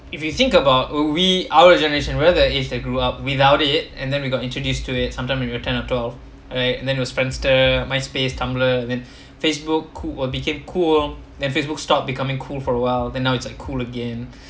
if you think about oh we our generation where there is that grew up without it and then we got introduced to it sometime we were ten or twelve then it was friendster myspace tumbler then facebook cool uh became cool then facebook stop becoming cool for a while then now it's like cool again